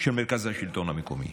של מרכז השלטון המקומי.